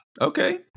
Okay